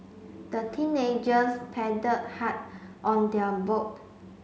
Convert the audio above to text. the teenagers paddled hard on their boat